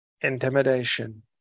intimidation